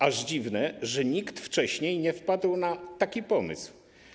Aż dziwne, że nikt wcześniej nie wpadł na taki pomysł.